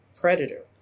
predator